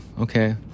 Okay